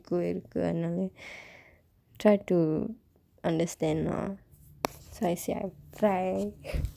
ego இருக்கு அதனால:irrukku athanaala try to understand lor so I said I try